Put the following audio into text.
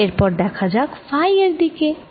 এবার এরপর দেখা যাক ফাই এর দিকে